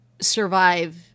survive –